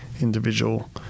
individual